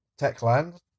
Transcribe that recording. Techland